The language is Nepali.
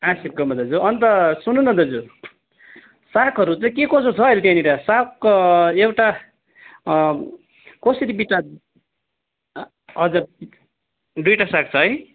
आसिककोमा दाजु अन्त सुन्नुहोस् न दाजु सागहरू चाहिँ के कसो छ हौ अहिले त्यहाँनिर साग एउटा कसरी बिटा हजुर दुईवटा साग छ है